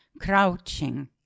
Crouching